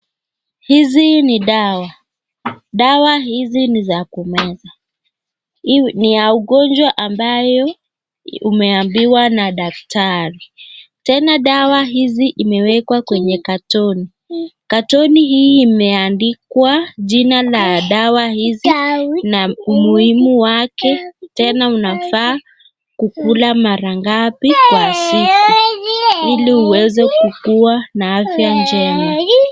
Hizi ni dawa , dawa hizi ni za kumeza ni ya ugonjwa ambayo umeambiwa na daktari tena dawa hizi imewekwa kwenye katoni katoni hii imeandikwa jina la dawa hizi na humuhimu wake tena unafaa kukula mara ngapi kwa siku hili uweze kuwa na afya njema.